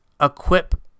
equip